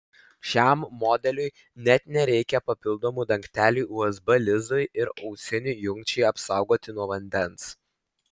šiam modeliui net nereikia papildomų dangtelių usb lizdui ir ausinių jungčiai apsaugoti nuo vandens